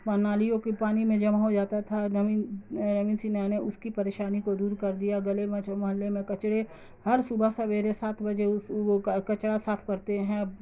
نالیوں کے پانی میں جمع ہو جاتا تھا نوین سنہا نے اس کی پریشانی کو دور کر دیا گلے میں محلے میں کچڑے ہر صبح سویرے سات بجے وہ کچڑا صاف کرتے ہیں